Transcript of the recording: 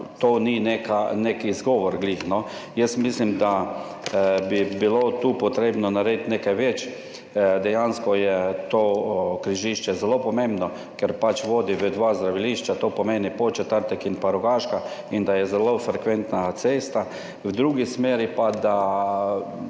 ravno nek izgovor, no. Jaz mislim, da bi bilo tu treba narediti nekaj več. Dejansko je to križišče zelo pomembno, ker pač vodi v dve zdravilišči, to pomeni v Podčetrtek in Rogaško Slatino, in da je zelo frekventna cesta. V drugi smeri pa je